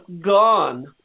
Gone